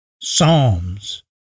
Psalms